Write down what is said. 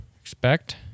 expect